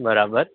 બરાબર